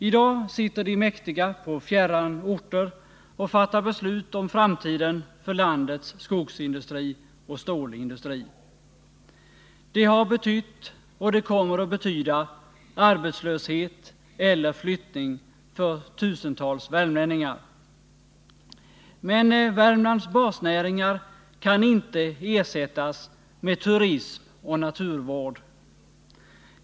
I dag sitter de mäktiga på fjärran orter och fattar beslut om framtiden för landets skogsindustri och stålindustri. Det har betytt och det kommer att betyda arbetslöshet eller flyttning för tusentals värmlänningar. Men Värmlands basnäringar kan inte ersättas med turism och naturvård.